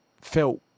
felt